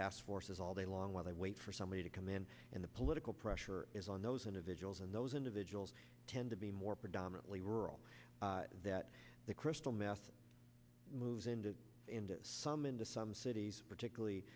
task forces all day long while they wait for somebody to come in and the political pressure is on those individuals and those individuals tend to be more predominantly rural that the crystal meth moves into into some into some cities particularly